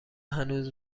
هنوز